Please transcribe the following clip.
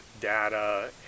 data